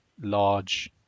large